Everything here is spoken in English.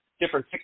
different